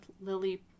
lily